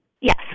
Yes